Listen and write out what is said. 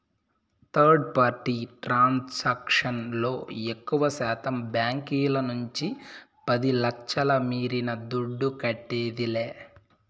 third party transaction లో ఎక్కువశాతం బాంకీల నుంచి పది లచ్ఛల మీరిన దుడ్డు కట్టేదిలా